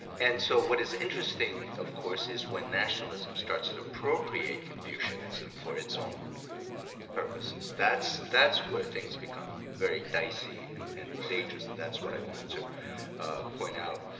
and so what is interesting, of course, is when nationalism starts to appropriate confucianism for its own purposes. that's that's where things become very dicey and and dangerous. and that's what i wanted to point out.